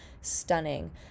stunning